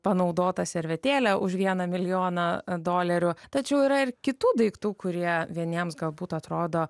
panaudotą servetėlę už vieną milijoną dolerių tačiau yra ir kitų daiktų kurie vieniems galbūt atrodo